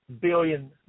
billion